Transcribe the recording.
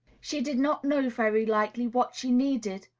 she did not know, very likely, what she needed,